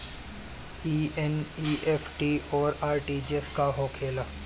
ई एन.ई.एफ.टी और आर.टी.जी.एस का होखे ला?